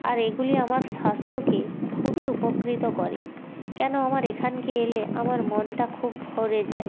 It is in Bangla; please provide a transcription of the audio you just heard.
আর এগুলি আমার স্বাস্থ্যকে খুবই উপকৃত করে কেন আমার এখানকে এলে আমার মনটা খুব ভরে যায়